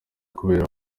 kubera